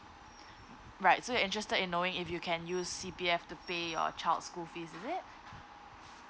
right so you're interested in knowing if you can use C_P_F to pay your child's school fees is it